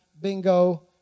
bingo